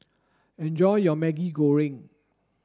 enjoy your Maggi Goreng